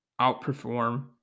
outperform